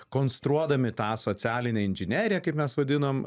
konstruodami tą socialinę inžineriją kaip mes vadinam